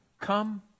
come